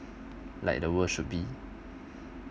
like the world should be